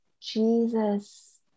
Jesus